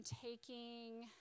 taking